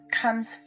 comes